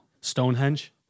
Stonehenge